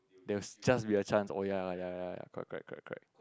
there will just be a chance oh ya lah ya correct correct correct